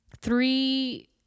three